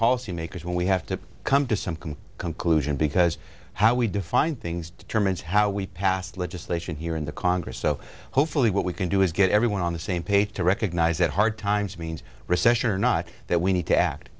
policymakers when we have to come to some can conclude it because how we define things determines how we pass legislation here in the congress so hopefully what we can do is get everyone on the same page to recognize that hard times means recession or not that we need to act